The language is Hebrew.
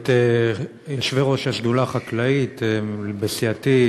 את יושבי-ראש השדולה החקלאית בסיעתי,